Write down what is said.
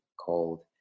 called